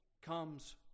comes